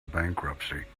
bankruptcy